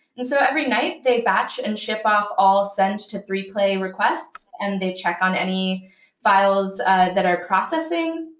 and so every night, they batch and ship off all send to three play requests, and they check on any files that are processing.